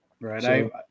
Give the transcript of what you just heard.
Right